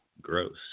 Gross